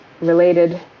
related